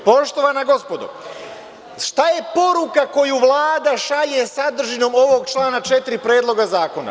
Poštovana gospodo, šta je poruka koju Vlada šalje sadržinom ovog člana 4. Predloga zakona?